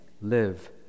live